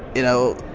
you know,